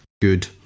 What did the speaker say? Good